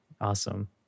awesome